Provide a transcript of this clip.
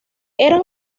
eran